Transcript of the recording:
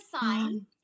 sign